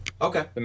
Okay